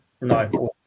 No